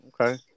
Okay